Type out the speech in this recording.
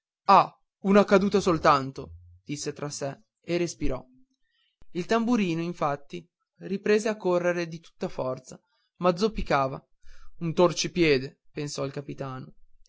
ah una caduta soltanto disse tra sé e respirò il tamburino infatti riprese a correre di tutta forza ma zoppicava un torcipiede pensò il capitano